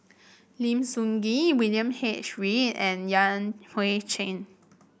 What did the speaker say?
Lim Sun Gee William H Read and Yan Hui Chang